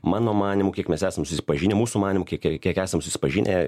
mano manymu kiek mes esam susipažinę mūsų manymu iki kiek esame susipažinę